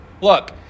Look